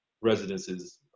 residences